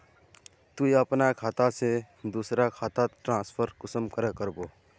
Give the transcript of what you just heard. तुई अपना खाता से दूसरा खातात ट्रांसफर कुंसम करे करबो?